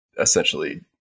essentially